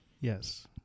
yes